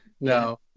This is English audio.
No